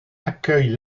accueillent